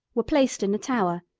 were placed in the tower,